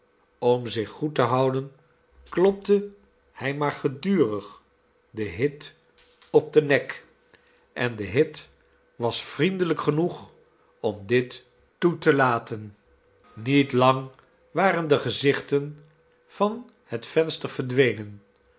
om zich goed te houden klopte hij maar gedurig den hit op den nek en de hit was vriendelijk genoeg om dit toe te laten niet lang waren de gezichten van het venster verdwenen